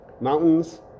Mountains